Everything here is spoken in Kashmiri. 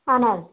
اہن حظ